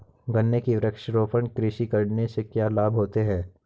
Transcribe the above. गन्ने की वृक्षारोपण कृषि करने से क्या लाभ होते हैं?